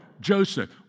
Joseph